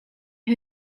who